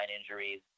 injuries